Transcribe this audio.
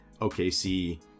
OKC